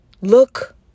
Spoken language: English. Look